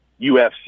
UFC